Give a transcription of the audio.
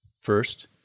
First